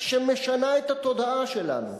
שמשנה את התודעה שלנו,